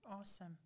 awesome